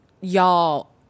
y'all